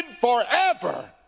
forever